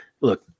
look